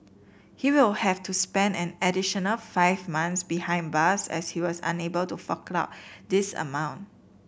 he will have to spend an additional five months behind bars as he was unable to fork out this amount